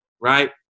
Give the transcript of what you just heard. right